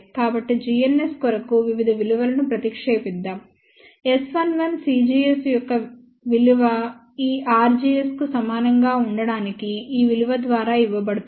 కాబట్టి gns కొరకు వివిధ విలువలను ప్రతిక్షేపిద్దాం S11 c gs యొక్క విలువ ఈ r gs కు సమానంగా ఉండటానికి ఈ విలువ ద్వారా ఇవ్వబడుతుంది